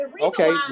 Okay